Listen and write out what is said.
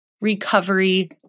recovery